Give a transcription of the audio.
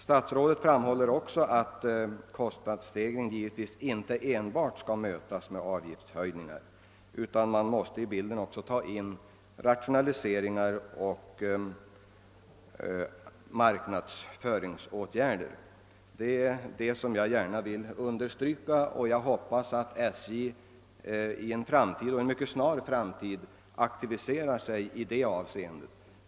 Statsrådet framhåller att kostnadsstegringar givetvis inte enbart skall mötas med avgiftshöjningar, utan man måste också i bilden ta in rationaliseringar och marknadsföringsåtgärder. Detta vill jag understryka. Jag hoppas att SJ i en mycket snar framtid aktiviserar sig i det avsendet.